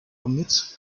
omits